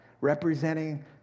representing